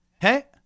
Hey